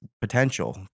potential